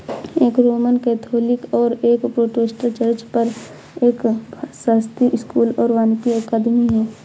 एक Roman Catholic और एक प्रोटेस्टेंट चर्च, एक शास्त्रीय स्कूल और वानिकी अकादमी है